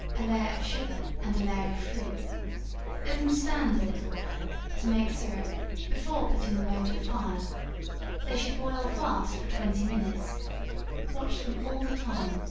a layer of sugar and a layer of fruit let them stand a little while to make syrup before putting them over the fire they should boil fast for twenty minutes watch them all the time,